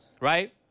right